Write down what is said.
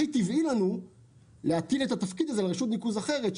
הכי טבעי לנו להטיל את התפקיד הזה על רשות ניקוז אחרת,